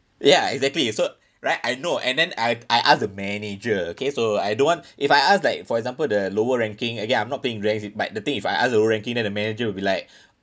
ya exactly so right I know and then I I ask the manager okay so I don't want if I ask like for example the lower ranking okay I'm not playing ranks but the thing if I ask a low ranking then the manager will be like